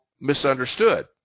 misunderstood